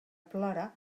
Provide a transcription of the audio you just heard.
plora